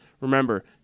Remember